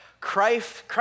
Christ